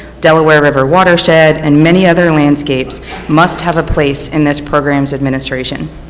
delaware river watershed and many other landscapes must have a place in this programs administration.